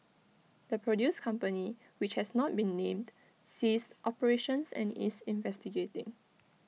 the produce company which has not been named ceased operations and is investigating